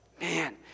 Man